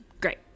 Great